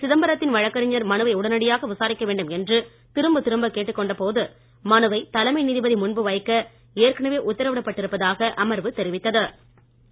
சிதம்பரத்தின் வழக்கறிஞர் மனுவை உடனடியாக விசாரிக்க வேண்டும் என்று திரும்ப திரும்ப கேட்டுக்கொண்ட போது மனுவை தலைமை நீதிபதி முன்பு வைக்க ஏற்கனவே உத்தரவிடப்பட்டிருப்பதாக அமர்வு தெரிவித்த்து